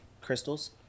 crystals